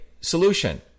solution